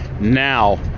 now